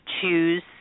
choose